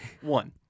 One